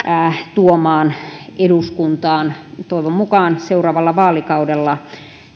tuomaan eduskuntaan toivon mukaan seuraavalla vaalikaudella